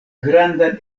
grandan